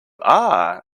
are